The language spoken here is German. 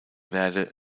werde